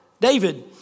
David